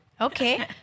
Okay